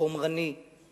חומרני,